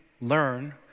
Learn